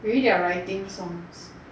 maybe they are writing songs